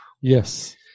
Yes